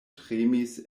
tremis